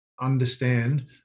understand